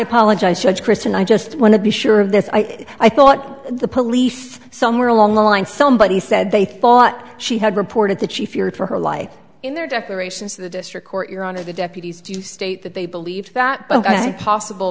apologize judge kristen i just want to be sure of this i thought the police somewhere along the line somebody said they thought she had reported that she feared for her life in their declaration to the district court your honor the deputies to state that they believe that possible